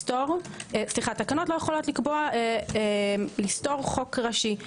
תקנות לא יכולות לסתור חוק ראשי.